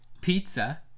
Pizza